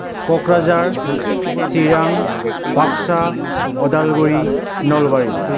Kokrajhar Chirang Baksa Udalguri Nalbari